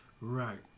Right